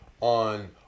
on